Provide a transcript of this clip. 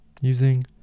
using